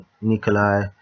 Nikolai